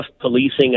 policing